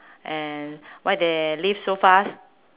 and why they leave so fast